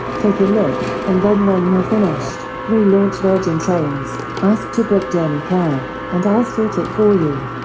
take a look! and then when you're finished, re-launch virgin trains, ask to book journey care and i'll sort it for you